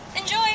Enjoy